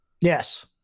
Yes